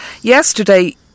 Yesterday